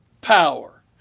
power